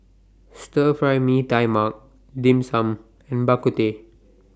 Stir Fry Mee Tai Mak Dim Sum and Bak Kut Teh